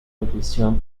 edición